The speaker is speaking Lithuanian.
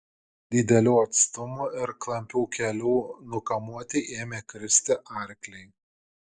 didelių atstumų ir klampių kelių nukamuoti ėmė kristi arkliai